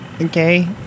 Okay